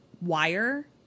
wire